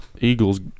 Eagles